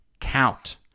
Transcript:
count